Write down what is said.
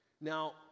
now